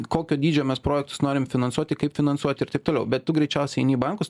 kokio dydžio mes projektus norim finansuoti kaip finansuoti ir taip toliau bet tu greičiausiai eini į bankus